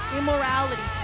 immorality